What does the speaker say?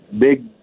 big